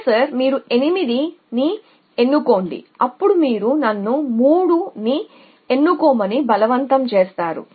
professor మీరు 8 ని ఎన్నుకోండి అప్పుడు మీరు నన్ను 3 ని ఎన్నుకోమని బలవంతం చేస్తారు